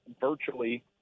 virtually